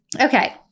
Okay